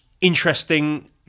interesting